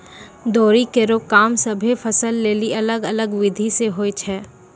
दौरी केरो काम सभ्भे फसल लेलि अलग अलग बिधि सें होय छै?